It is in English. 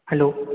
hello